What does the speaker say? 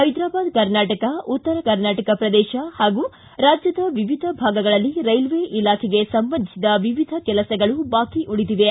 ಹೈದರಾವಾದ್ ಕರ್ನಾಟಕ ಉತ್ತರ ಕರ್ನಾಟಕ ಪ್ರದೇಶ ಹಾಗೂ ರಾಜ್ಯದ ವಿವಿಧ ಭಾಗಗಳಲ್ಲಿ ರೈಲ್ವೇ ಸಂಬಂಧಿಸಿದ ವಿವಿಧ ಕೆಲಸಗಳು ಬಾಕಿ ಉಳಿದಿವೆ